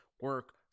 Work